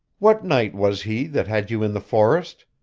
what knight was he that had you in the forest?